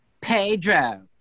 Pedro